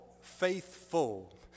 Faithful